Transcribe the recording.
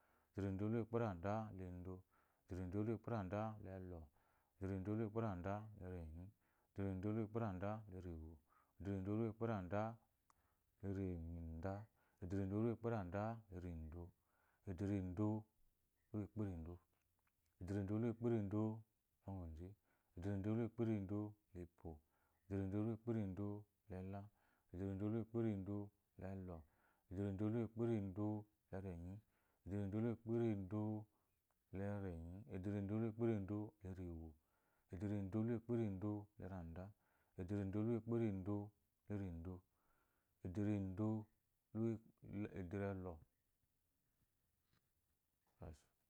Ederendolukperandalendo, ederendolukperandalelo, ederendolukperandalarenyi, ederendolukperandalarewo, ederendolukperandaleranda, ederendolukperandalerando, ederendolukperando, ederendolukperandoleze, ederendolukperandolepo, ederendolukperandolela, ederendolukperandolendo, ederendolukperandolelo, ederendolukperandolerenyi, ederendolukperandolerenyi, ederendolukperandolerewo, ederendolukperandolerando, ederendolukpelɔ